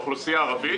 האוכלוסייה הערבית,